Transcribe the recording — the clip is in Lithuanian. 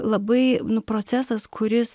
labai nu procesas kuris